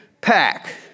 Pack